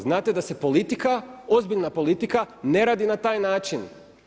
Znate da se politika, ozbiljna politika ne radi na taj način.